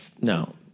no